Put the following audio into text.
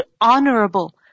honorable